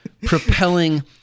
propelling